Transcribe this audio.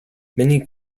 many